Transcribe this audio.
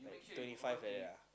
twenty five like that ah